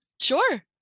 sure